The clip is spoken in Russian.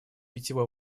питьевой